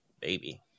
baby